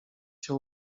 cię